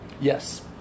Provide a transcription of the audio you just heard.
Yes